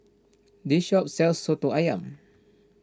this shop sells Soto Ayam